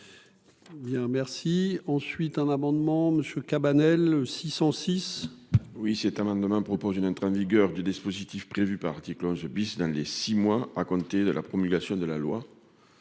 merci, ensuite un amendement monsieur Cabanel 606. Oui, cet amendement propose une un train vigueur du dispositif prévu par l'article 11 bis dans les 6 mois à compter de la promulgation de la loi.